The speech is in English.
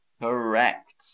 correct